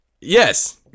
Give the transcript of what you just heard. Yes